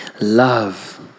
Love